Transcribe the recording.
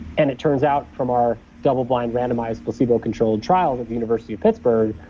and it turns out from our double-blind randomized placebo-controlled trials at the university of pittsburgh,